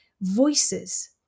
voices